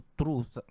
truth